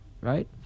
Right